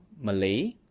Malay